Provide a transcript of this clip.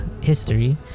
history